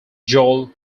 joel